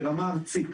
ברמה ארצית,